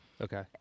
Okay